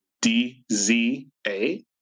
D-Z-A